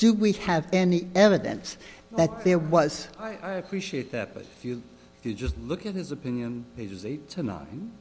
do we have any evidence that there was i appreciate that you just look at his opinion ages eight to nine